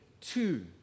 two